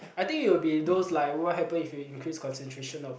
I think it will be those like what happen if you increase concentration of